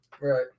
Right